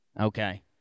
Okay